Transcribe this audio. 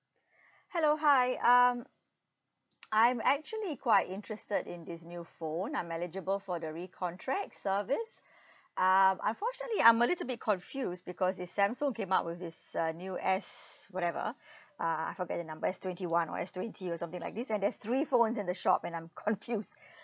hello hi um I'm actually quite interested in this new phone I'm eligible for the recontract service um unfortunately I'm a little bit confused because this samsung came up with this uh new s whatever uh I forget the number S twenty one or S twenty or something like this and there's three phones in the shop and I'm confused